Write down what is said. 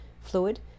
fluid